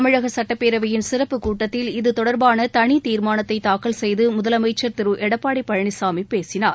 தமிழக சட்டப்பேரவையின் சிறப்புக் கூட்டத்தில் இது தொடர்பான தனி தீர்மானத்தை தூக்கல் செய்து முதலமைச்சர் திரு எடப்பாடி பழனிசாமி பேசினார்